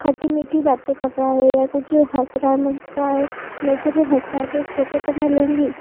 खट्टी मीठी बातें कर रहा है या कुछ हँस रहा है मुझ पर नेचुरल हँस रहा है तो उसे फोटो को मैं लूँगी